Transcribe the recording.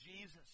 Jesus